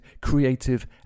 creative